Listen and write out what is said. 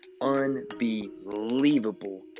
Unbelievable